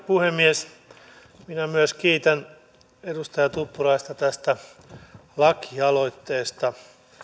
puhemies minä myös kiitän edustaja tuppuraista tästä lakialoitteesta